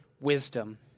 Wisdom